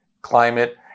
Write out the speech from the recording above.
climate